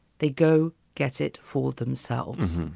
they go get it for themselves.